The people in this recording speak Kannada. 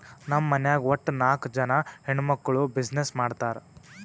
ನಮ್ ಮನ್ಯಾಗ್ ವಟ್ಟ ನಾಕ್ ಜನಾ ಹೆಣ್ಮಕ್ಕುಳ್ ಬಿಸಿನ್ನೆಸ್ ಮಾಡ್ತಾರ್